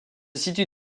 situe